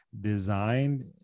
designed